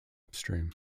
upstream